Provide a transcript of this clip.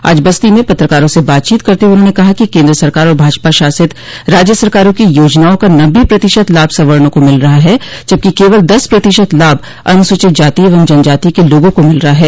आज बस्ती में पत्रकारों से बातचीत करते हुए उन्होंने कहा कि केन्द्र सरकार और भाजपा शासित राज्य सरकारों की योजनाओं का नब्बे प्रतिशत लाभ सवर्णो को मिल रहा है जबकि केवल दस प्रतिशत लाभ अनुसूचित जाति एवं जनजाति के लोगों को मिल रहा है